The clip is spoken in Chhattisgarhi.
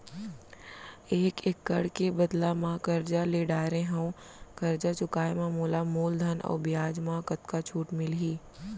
एक एक्कड़ के बदला म करजा ले डारे हव, करजा चुकाए म मोला मूलधन अऊ बियाज म कतका छूट मिलही?